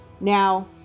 Now